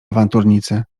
awanturnicy